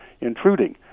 intruding